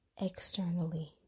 externally